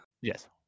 Yes